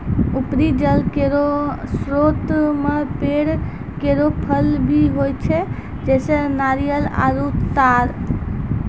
उपरी जल केरो स्रोत म पेड़ केरो फल भी होय छै, जैसें नारियल आरु तार